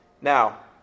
Now